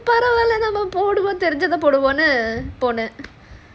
பரவால நாம போடுவோம் தெரிஞ்சதை போடுவோம்னு போட்டேன்:paravaala namma poduvom therinjatha poduvomnu pottaen